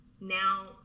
now